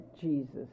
Jesus